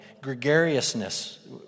Gregariousness